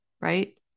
right